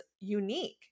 unique